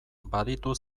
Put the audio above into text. baditu